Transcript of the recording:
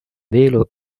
velo